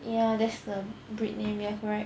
ya there's the breed name ya correct